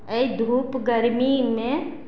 अइ धूप गर्मीमे